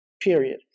period